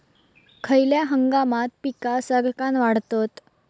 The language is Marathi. खयल्या हंगामात पीका सरक्कान वाढतत?